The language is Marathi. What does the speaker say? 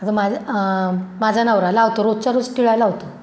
आता माझ्या माझा नवरा लावतो रोजच्या रोज टिळा लावतो